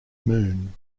moon